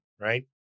right